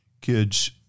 kids